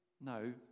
No